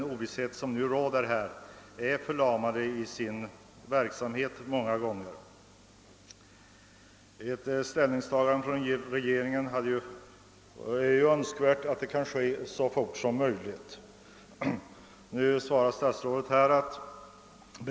Ovissheten är förlamande för många och ett ställningstagande från regeringen så snart som möjligt är önskvärt.